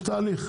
יש תהליך.